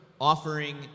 offering